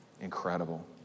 Incredible